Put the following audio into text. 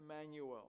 Emmanuel